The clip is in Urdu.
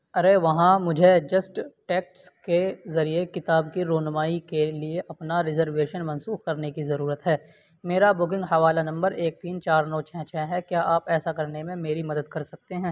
ارے وہاں مجھے جسٹ ٹکٹس کے ذریعے کتاب کی رونمائی کے لیے اپنا ریزرویشن منسوخ کرنے کی ضرورت ہے میرا بکنگ حوالہ نمبر ایک تین چار نو چھ چھ ہے کیا آپ ایسا کرنے میں میری مدد کر سکتے ہیں